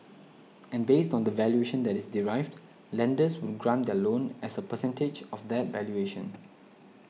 and based on the valuation that is derived lenders would grant their loan as a percentage of that valuation